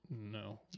no